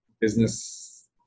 business